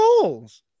goals